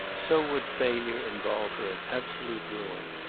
so would failure involve her in absolute ruin.